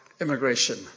immigration